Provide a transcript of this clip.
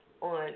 on